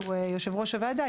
שהוא יושב-ראש הוועדה,